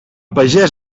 pagès